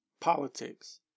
politics